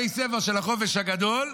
בתי ספר של החופש הגדול,